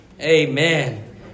Amen